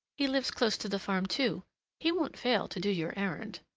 he lives close to the farm, too he won't fail to do your errand.